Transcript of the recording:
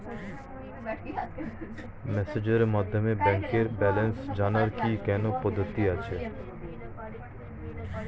মেসেজের মাধ্যমে ব্যাংকের ব্যালেন্স জানার কি কোন পদ্ধতি আছে?